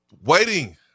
Waiting